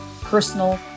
personal